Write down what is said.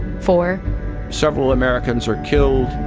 four several americans are killed